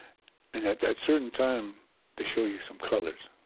and at that certain time they show you some colors